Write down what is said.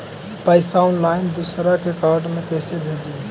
पैसा ऑनलाइन दूसरा के अकाउंट में कैसे भेजी?